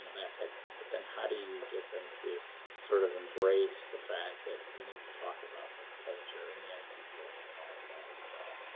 that type of thing, but then how do you get them to sort of embrace the fact that we need to talk about the culture and the ideals and all of that as well?